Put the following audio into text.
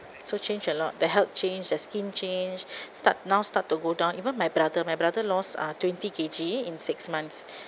so change a lot the health change their skin change start now start to go down even my brother my brother lost uh twenty K_G in six months